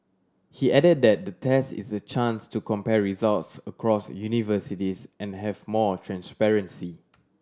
he added that the test is a chance to compare results across universities and have more transparency